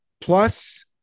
Plus